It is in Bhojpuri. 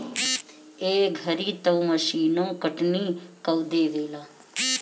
ए घरी तअ मशीनो कटनी कअ देवेला